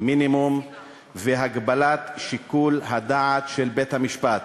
מינימום והגבלת שיקול הדעת של בית-המשפט.